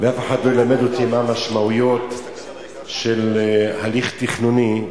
ואף אחד לא ילמד אותי מה המשמעויות של הליך תכנוני,